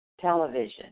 television